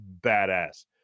badass